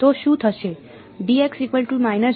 તો શું થશે